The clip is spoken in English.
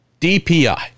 DPI